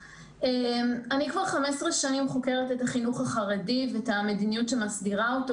אני כבר 15 שנים חוקרת את החינוך החרדי ואת המדיניות שמסדירה אותו,